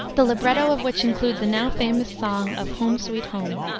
the libretto of which included the now famous song of home, sweet home.